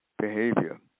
behavior